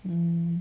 嗯